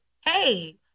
hey